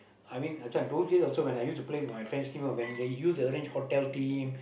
I mean last time don't say also when I used to play for my friends' team last time when they used to arrange like hotel team